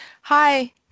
Hi